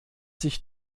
sich